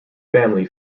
family